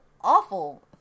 awful